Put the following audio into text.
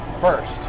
first